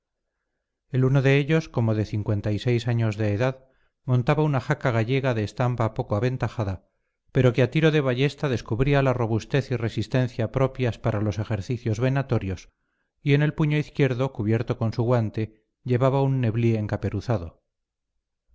el uno de ellos como de cincuenta y seis años de edad montaba una jaca gallega de estampa poco aventajada pero que a tiro de ballesta descubría la robustez resistencia propias para los ejercicios venatorios y en el puño izquierdo cubierto con su guante llevaba un